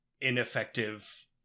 ineffective